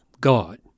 God